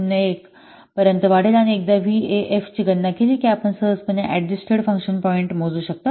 01 पर्यंत वाढेल आणि एकदा व्हीएएफची गणना केली की आपण सहजपणे अडजस्टेड फंक्शन पॉईंट मोजू शकता